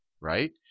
right